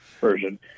version